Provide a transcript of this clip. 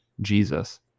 jesus